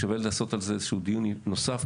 שווה לעשות על זה דיון נוסף,